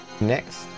next